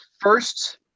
first